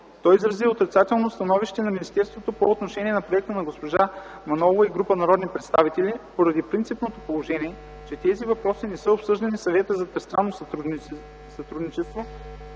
Той изрази отрицателното становище на министерството по отношение на проекта на госпожа Манолова и група народни представители поради принципното положение, че тези въпроси не са обсъждани в Съвета за тристранно сътрудничество